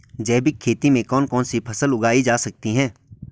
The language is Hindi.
जैविक खेती में कौन कौन सी फसल उगाई जा सकती है?